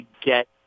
get